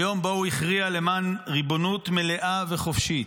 היום שבו הוא הכריע למען ריבונות מלאה וחופשית,